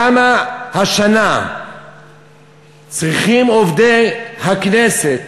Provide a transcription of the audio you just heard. למה השנה צריכים עובדי הכנסת